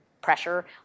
pressure